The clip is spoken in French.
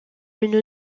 une